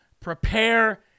Prepare